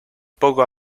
poco